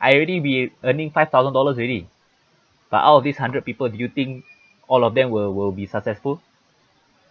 I already be earning five thousand dollars already but all of these hundred people do you think all of them will will be successful